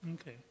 Okay